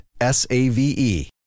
S-A-V-E